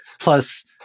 Plus